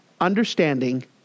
understanding